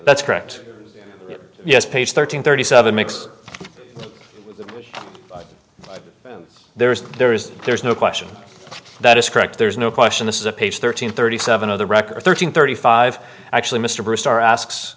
that's correct yes page thirteen thirty seven makes there is there is there is no question that is correct there's no question this is a page thirteen thirty seven of the record thirteen thirty five actually mr bur